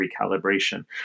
recalibration